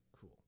cool